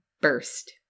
burst